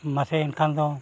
ᱢᱟᱥᱮ ᱮᱱᱠᱷᱟᱱ ᱫᱚ